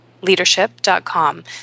leadership.com